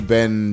Ben